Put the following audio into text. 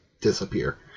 disappear